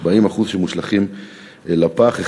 40% שמושלכים לפח,